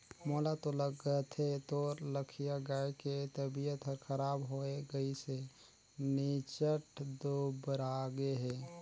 मोला तो लगथे तोर लखिया गाय के तबियत हर खराब होये गइसे निच्च्ट दुबरागे हे